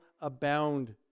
abound